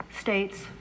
states